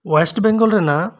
west Bengal ᱨᱮᱱᱟᱜ